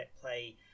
play